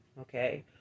Okay